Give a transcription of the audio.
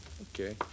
Okay